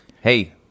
Hey